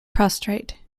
prostrate